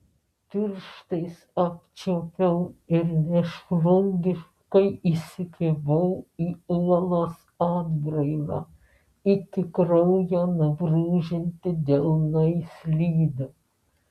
pirštais apčiuopiau ir mėšlungiškai įsikibau į uolos atbrailą iki kraujo nubrūžinti delnai slydo